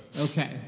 okay